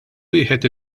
wieħed